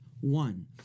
one